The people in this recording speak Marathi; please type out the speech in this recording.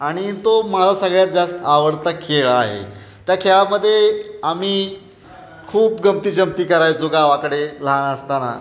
आणि तो माझा सगळ्यात जास्त आवडता खेळ आहे त्या खेळामध्ये आम्ही खूप गमती जमती करायचो गावाकडे लहान असताना